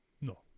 no